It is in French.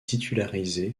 titularisé